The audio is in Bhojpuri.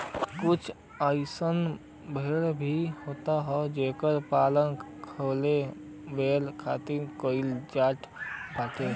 कुछ अइसन भेड़ भी होत हई जेकर पालन खाली बाल खातिर कईल जात बाटे